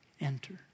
enter